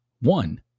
one